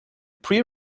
pre